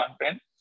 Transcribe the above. content